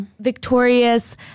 Victorious